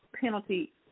penalty